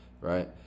Right